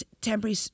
temporary